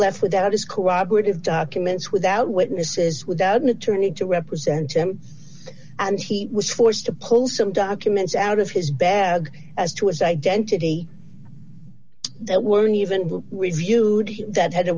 left without his cooperative documents without witnesses without an attorney to represent him and he was forced to pull some documents out of his bag as to his identity that weren't even who we viewed him that had